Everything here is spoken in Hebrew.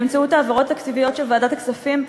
באמצעות העברות תקציביות של ועדת הכספים,